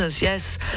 Yes